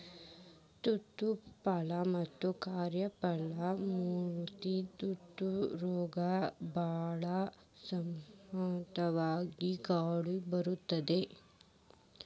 ತಪ್ಪಲ ಪಲ್ಲೆ ಮತ್ತ ಕಾಯಪಲ್ಲೆ ಬೆಳಿ ಮ್ಯಾಲೆ ಎಲಿ ತೂತ ರೋಗ ಬಾಳ ಸಾಮನ್ಯವಾಗಿ ಕಂಡಬರ್ತೇತಿ